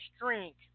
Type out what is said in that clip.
drink